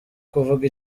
kuvuga